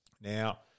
Now